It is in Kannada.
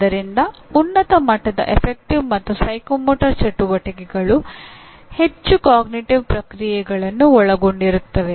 ಆದ್ದರಿಂದ ಉನ್ನತ ಮಟ್ಟದ ಗಣನ ಮತ್ತು ಮನೋಪ್ರೇರಣಾ ಚಟುವಟಿಕೆಗಳು ಹೆಚ್ಚು ಅರಿವಿನ ಪ್ರಕ್ರಿಯೆಗಳನ್ನು ಒಳಗೊಂಡಿರುತ್ತವೆ